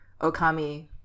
Okami